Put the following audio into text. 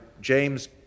James